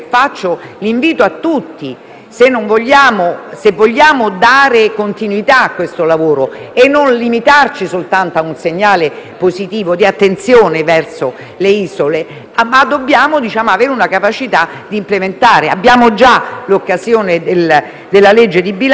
se vogliamo dare continuità a questo lavoro e non limitarci soltanto a un segnale positivo di attenzione verso le isole, dobbiamo avere la capacità di implementare. Abbiamo già l'occasione della legge di bilancio perché, oltre alle poche